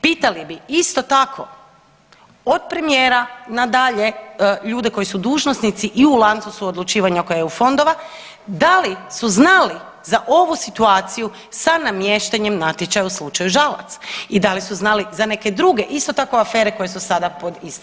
Pitali bi isto tako od premijera nadalje ljude koji su dužnosnici i u lancu su odlučivanja oko EU fondova, da li su znali za ovu situaciju sa namještanjem natječaja u slučaju Žalac i da li su znali za neke druge isto tako afere koje su sada pod istragom.